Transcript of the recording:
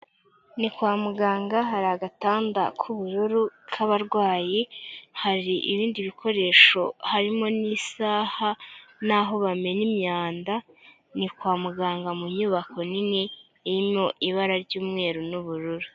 Ni kwa muganga hari agatanda k'ubururu k'abarwayi hari ibindi bikoresho harimo n'isaha n'aho bamena imyanda, ni kwa muganga mu nyubako nini irimo ibara ry'umweru n'ubururu.